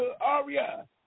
Aria